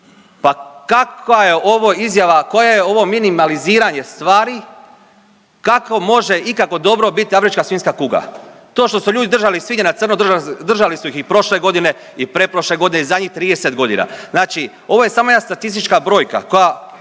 Pa kakva je ovo izjava, koje je ovo minimaliziranje stvari? Kako može ikako dobro bit afrička svinjska kuga? To što su ljudi držali svinje na crno držali su ih i prošle godine i pretprošle godine i zadnjih 30 godina. Znači ovo je samo jedna statistička brojka koja